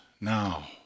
now